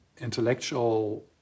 intellectual